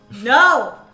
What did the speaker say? No